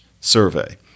survey